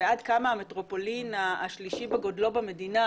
ועד כמה המטרופולין השלישי בגודלו במדינה,